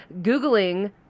googling